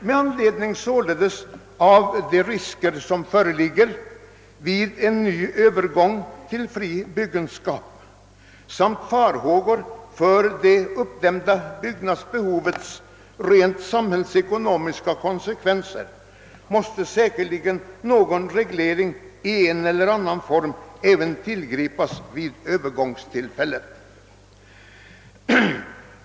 Med anledning av de risker som föreligger vid ny övergång till fri byggenskap samt farhågorna för det uppdämda byggnadsbehovets rent samhällsekonomiska konsekvenser måste säkerligen någon reglering i en eller annan form även tillgripas vid övergångstillfället.